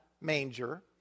manger